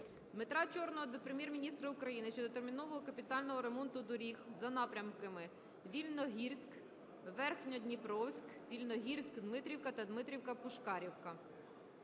Дмитра Чорного до Прем'єр-міністра України щодо термінового капітального ремонту доріг за напрямками Вільногірськ - Верхньодніпровськ, Вільногірськ - Дмитрівка та Дмитрівка - Пушкарівка.